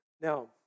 Now